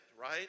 Right